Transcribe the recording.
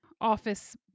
office